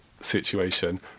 situation